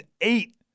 eight